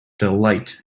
delight